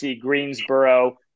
greensboro